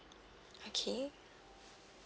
okay